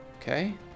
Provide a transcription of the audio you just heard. Okay